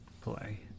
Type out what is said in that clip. play